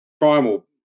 primal